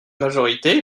majorité